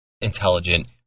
intelligent